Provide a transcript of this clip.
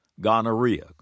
gonorrhea